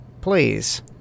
please